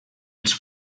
els